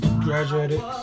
graduated